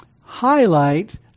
highlight